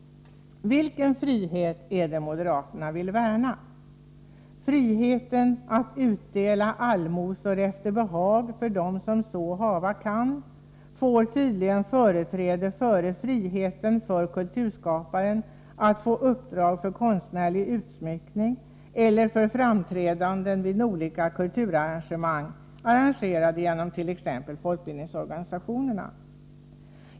Vilken frihet är det moderaterna vill värna? Friheten att utdela allmosor efter behag för dem som så hava kan får tydligen företräde före friheten för kulturskaparen att få uppdrag för konstnärlig utsmyckning eller för framträdanden vid olika kulturarrangemang som anordnas t.ex. genom folkbildningsorganisationerna.